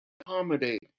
accommodate